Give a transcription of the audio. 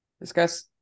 Discuss